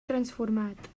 transformat